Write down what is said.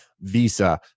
Visa